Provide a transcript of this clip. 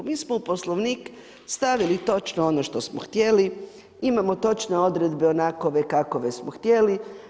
Mi smo u Poslovnik stavili točno ono što smo htjeli, imamo točne odredbe onakve kakove smo htjeli.